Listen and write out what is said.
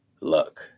Luck